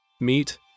meet